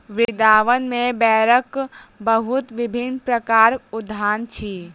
वृन्दावन में बेरक बहुत विभिन्न प्रकारक उद्यान अछि